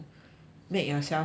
make yourself looks good